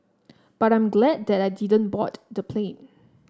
but I'm glad that I didn't board the plane